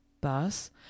thus